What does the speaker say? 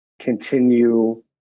continue